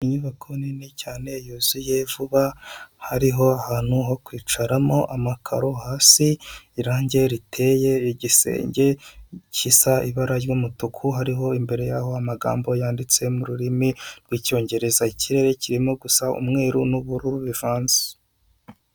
Inyubako nini cyane yuzuye vuba hariho ahantu ho kwicaramo amakaro hasi, irangi ricyeye igisenge gisa ibara ry'umutuku hariho imbere yaho amagambo yanditse mu rurimi rw'icyongereza, ikirere kirimo gusa umweru n'ubururu bivanze.